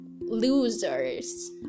losers